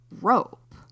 rope